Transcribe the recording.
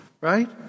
right